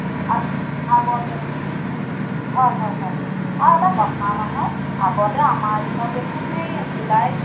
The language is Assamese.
আগৰ নিয়ম হয় হয় হয় আৰু এটা কথা নহয় আগতে আমাৰ দিনত দেখোন সেই জুলাইত